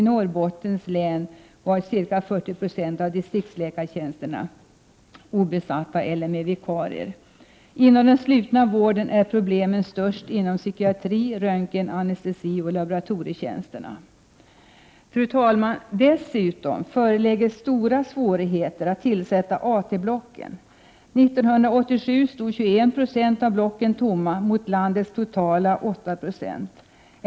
I Norrbottens län var ca 40 90 av distriktsläkartjänsterna obesatta eller vikariebesatta. Inom den slutna vården är problemen störst inom psykiatri, röntgen och anestesi samt när det gäller laboratorietjänsterna. Fru talman! Dessutom föreligger det stora svårigheter när det gäller att tillsätta AT-blocken. 1987 var 21 96 av blocken tomma — vilket skall jämföras med 8 96 som gäller för landet totalt.